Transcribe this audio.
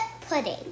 pudding